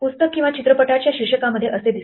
पुस्तक किंवा चित्रपटाच्या शीर्षकामध्ये असे दिसते